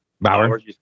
Bauer